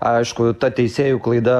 aišku ta teisėjų klaida